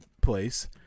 place